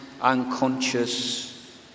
unconscious